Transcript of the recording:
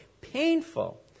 painful